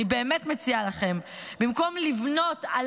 אני באמת מציעה לכם במקום לבנות על